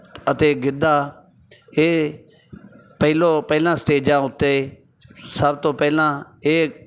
ਅਤੇ ਗਿੱਧਾ ਇਹ ਪਹਿਲੋਂ ਪਹਿਲਾਂ ਸਟੇਜਾਂ ਉੱਤੇ ਸਭ ਤੋਂ ਪਹਿਲਾਂ ਇਹ